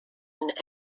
and